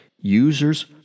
Users